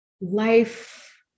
life